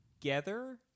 together